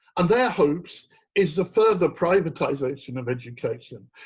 and their hopes is the further privatization of education.